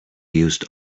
used